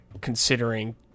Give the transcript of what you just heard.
considering